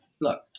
look